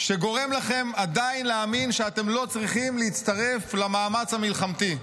שגורם לכם עדיין להאמין שאתם לא צריכים להצטרף למאמץ המלחמתי.